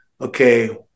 okay